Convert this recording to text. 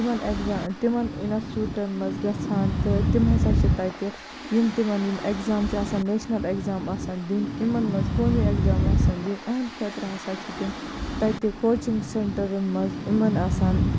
تمن ایٚگزام تمن اِنَسچوٗٹَن مَنٛز گَژھان تہٕ تِم ہَسا چھِ تَتہِ یِم تِمَن یِم ایٚگزام چھِ آسان نیشنل ایٚگزام آسان دِنۍ یِمَن مَنٛز قومی ایٚکزام آسان دِنۍ یہٕنٛد خٲطرٕ ہَسا چھِ تِم تَتہِ کوچِنٛگ سیٚنٹَرَن مَنٛز یِمَن آسان